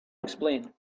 explain